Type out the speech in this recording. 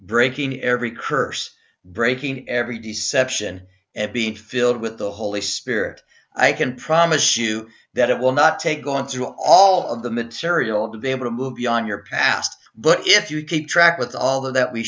breaking every curse breaking every deception and be filled with the holy spirit i can promise you that it will not take going through all of the material to be able to move beyond your past but if you keep track with all that we